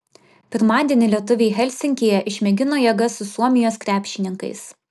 pirmadienį lietuviai helsinkyje išmėgino jėgas su suomijos krepšininkais